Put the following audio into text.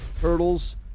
Turtles